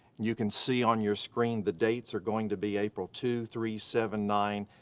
you can see on your screen the dates are going to be april two, three, seven, nine,